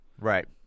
Right